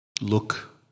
look